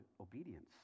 obedience